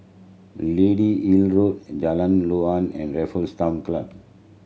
Lady Hill Road Jalan Joran and Raffles Town Club